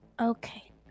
okay